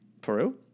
Peru